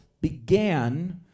began